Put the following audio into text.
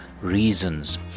reasons